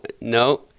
no